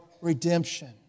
redemption